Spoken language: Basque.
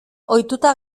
ohituta